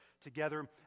together